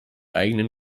eigenen